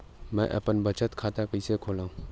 मेंहा अपन बचत खाता कइसे खोलव?